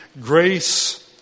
Grace